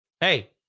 Hey